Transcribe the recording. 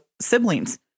siblings